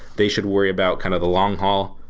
they should worry about kind of the long haul,